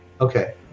Okay